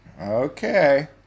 Okay